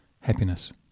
happiness